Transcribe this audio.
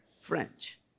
French